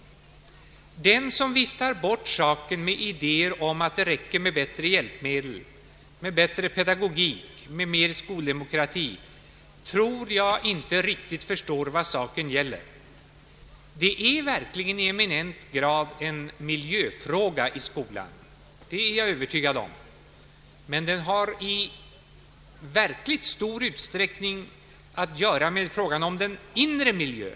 Den som viftar bort saken med idéer om att det räcker med bättre hjälpmedel, bättre pedagogik och mer skoldemokrati, förstår inte riktigt vad saken gäller. Det är verkligen i eminent grad fråga om miljön i skolan. Jag är övertygad om det. Men den har i stor utsträckning att göra med den inre miljön.